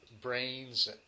brains